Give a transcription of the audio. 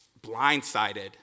blindsided